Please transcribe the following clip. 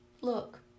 Look